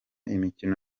imikino